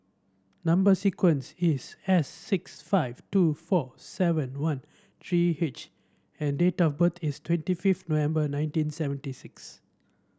number sequence is S six five two four seven one three H and date of birth is twenty fifth November nineteen seventy six